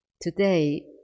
Today